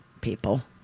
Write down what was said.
people